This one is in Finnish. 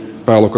alko